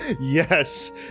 Yes